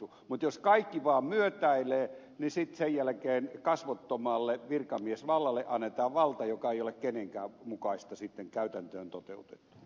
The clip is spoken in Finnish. mutta jos kaikki vaan myötäilevät niin sitten sen jälkeen kasvottomalle virkamiesvallalle annetaan valta joka ei ole kenenkään edun mukaista sitten käytäntöön toteuta